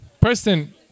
Preston